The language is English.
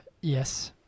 Yes